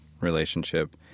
relationship